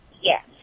Yes